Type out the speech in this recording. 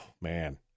man